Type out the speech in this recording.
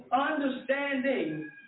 understanding